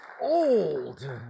old